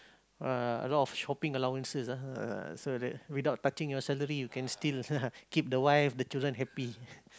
uh a lot of shopping allowances ah so the without touching your salary you can keep the wife the children happy